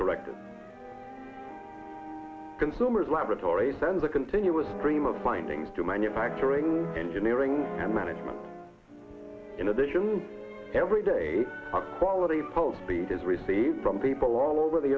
corrected consumers laboratory sends a continuous stream of findings to manufacturing engineering and management in addition every day a quality post beat is received from people all over the